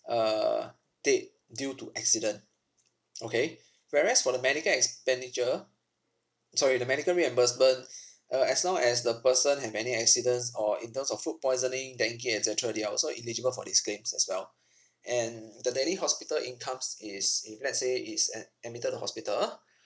uh dead due to accident okay whereas for the medical expenditure sorry the medical reimbursement uh as long as the person have any accidents or in terms of food poisoning dengue et cetera they are also eligible for these claims as well and the daily hospital incomes is if let's say is ad~ admitted to hospital